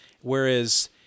whereas